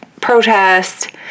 protest